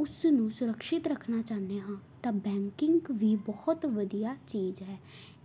ਉਸ ਨੂੰ ਸੁਰੱਖਿਅਤ ਰੱਖਣਾ ਚਾਹੁੰਦੇ ਹਾਂ ਤਾਂ ਬੈਂਕਿੰਗ ਵੀ ਬਹੁਤ ਵਧੀਆ ਚੀਜ਼ ਹੈ